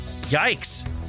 Yikes